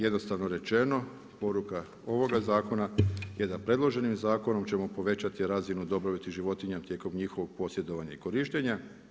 Jednostavno rečeno, poruka ovoga zakona je da priloženim zakonom ćemo povećati razinu dobrobiti životinja tijekom njihovog posjedovanja i korištenja.